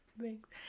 Thanks